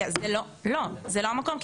לא, זה לא המקום.